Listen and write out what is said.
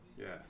Yes